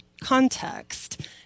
context